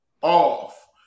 off